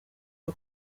aba